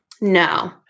No